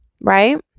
right